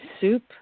soup